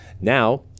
Now